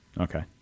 Okay